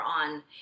on